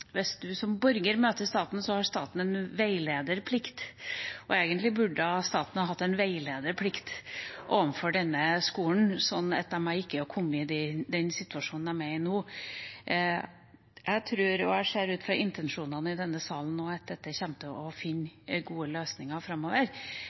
og egentlig burde staten hatt en veiledningsplikt overfor denne skolen slik at de ikke hadde kommet i den situasjonen de er i nå. Jeg tror, og jeg ser ut fra intensjonene i denne salen nå, at en kommer til å finne